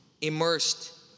immersed